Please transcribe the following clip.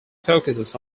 focuses